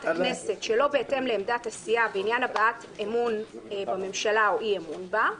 הכנסת שלא בהתאם לעמדת הסיעה בעניין הבעת אמון לממשלה או אי-אמון בה,